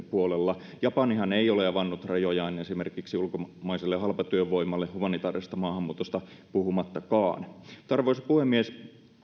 puolella japanihan ei ole avannut rajojaan esimerkiksi ulkomaiselle halpatyövoimalle humanitäärisesta maahanmuutosta puhumattakaan arvoisa puhemies